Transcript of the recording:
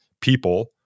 people